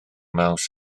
maes